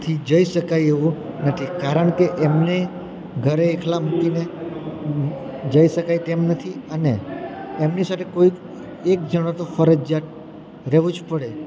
થી જઈ શકાય એવું નથી કારણ કે એમને ઘરે એકલા મૂકીને જઈ શકાય એમ નથી અને એમની સાથે કોઈ એક જણો તો ફરજિયાત રહેવું જ પડે